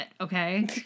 okay